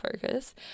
focus